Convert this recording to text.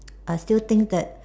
I still think that